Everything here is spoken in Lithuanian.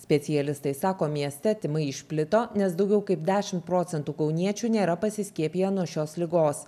specialistai sako mieste tymai išplito nes daugiau kaip dešimt procentų kauniečių nėra pasiskiepiję nuo šios ligos